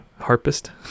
harpist